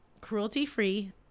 cruelty-free